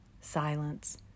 Silence